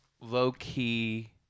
low-key